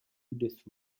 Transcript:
judith